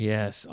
Yes